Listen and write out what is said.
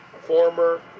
former